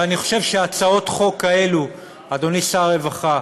ואני חושב שהצעות חוק כאלה, אדוני שר הרווחה,